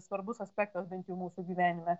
svarbus aspektas bent jau mūsų gyvenime